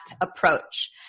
approach